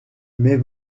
mes